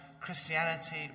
Christianity